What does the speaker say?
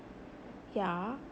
yeah